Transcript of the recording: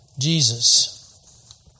Jesus